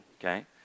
okay